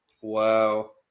Wow